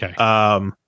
Okay